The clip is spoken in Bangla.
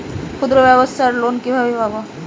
ক্ষুদ্রব্যাবসার লোন কিভাবে পাব?